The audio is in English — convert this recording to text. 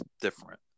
different